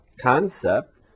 concept